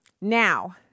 Now